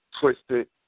twisted